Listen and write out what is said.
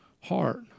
heart